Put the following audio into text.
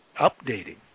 updating